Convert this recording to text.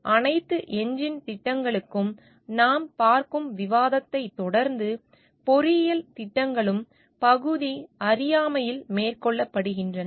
எனவே அனைத்து எஞ்சின் திட்டங்களுக்கும் நாம் பார்க்கும் விவாதத்தைத் தொடர்ந்து பொறியியல் திட்டங்களும் பகுதி அறியாமையில் மேற்கொள்ளப்படுகின்றன